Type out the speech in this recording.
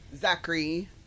Zachary